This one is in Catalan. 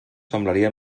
semblaria